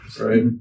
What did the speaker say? right